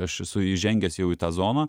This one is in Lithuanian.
aš esu įžengęs jau į tą zoną